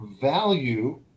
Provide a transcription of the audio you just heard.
value